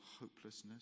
hopelessness